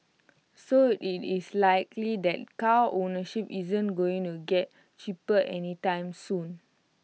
so IT is likely that car ownership isn't going to get cheaper anytime soon